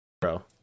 Bro